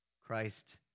Christ